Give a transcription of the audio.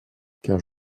car